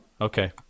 Okay